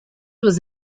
was